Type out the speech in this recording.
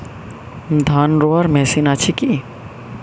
ধান রোয়ার মেশিন আছে কি?